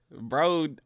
Bro